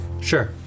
Sure